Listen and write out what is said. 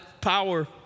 power